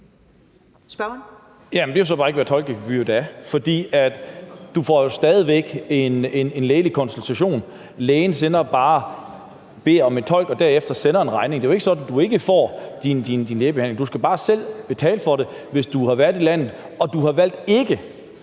Det er så bare ikke, hvad tolkegebyret er, for du så får jo stadig væk en lægekonsultation. Lægen beder bare om en tolk og sender derefter en regning. Det er jo ikke sådan, at du jo ikke får din lægebehandling. Du skal bare selv betale for det, hvis du har været i landet og valgt ikke